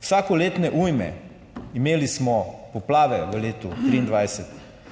Vsakoletne ujme, imeli smo poplave v letu 2023,